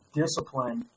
discipline